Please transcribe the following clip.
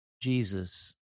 Jesus